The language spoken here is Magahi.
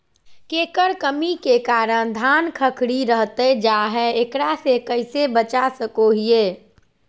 केकर कमी के कारण धान खखड़ी रहतई जा है, एकरा से कैसे बचा सको हियय?